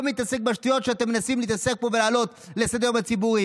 ולא מתעסק בשטויות שאתם מנסים להתעסק פה ולהעלות לסדר-היום הציבורי